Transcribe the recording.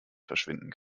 verschwinden